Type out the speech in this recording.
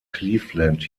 cleveland